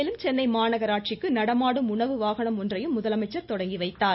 மேலும் சென்னை மாநகராட்சிக்கு நடமாடும் உணவு வாகனம் ஒன்றையும் முதலமைச்சர் தொடங்கி வைத்தார்